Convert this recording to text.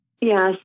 Yes